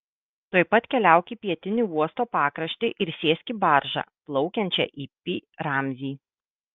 tuoj pat keliauk į pietinį uosto pakraštį ir sėsk į baržą plaukiančią į pi ramzį